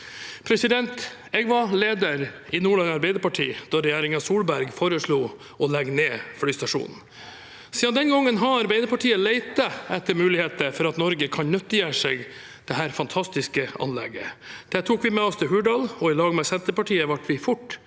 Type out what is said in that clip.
Norge. Jeg var leder i Nordland Arbeiderparti da Solberg-regjeringen foreslo å legge ned flystasjonen. Siden den gangen har Arbeiderpartiet lett etter muligheter for at Norge kan nyttiggjøre seg dette fantastiske anlegget. Det tok vi med oss til Hurdal, og i lag med Senterpartiet ble vi fort